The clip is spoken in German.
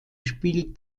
spiel